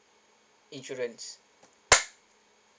insurance